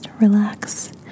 Relax